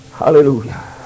Hallelujah